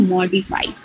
Modify।